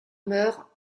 mœurs